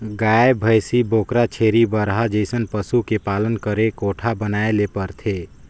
गाय, भइसी, बोकरा, छेरी, बरहा जइसन पसु के पालन करे कोठा बनाये ले परथे